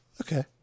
Okay